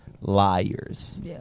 liars